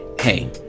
hey